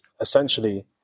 essentially